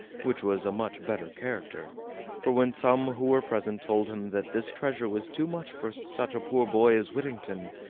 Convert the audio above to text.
which was a much better character for when some who were present told him that this treasure was too much for such a poor boy as whittington,